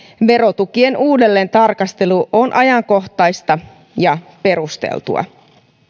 verotukien uudelleentarkastelu on ajankohtaista ja perusteltua